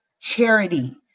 charity